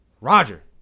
Roger